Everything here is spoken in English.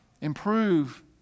Improve